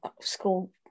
school